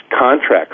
contracts